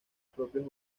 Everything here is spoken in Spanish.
propios